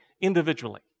individually